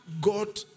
God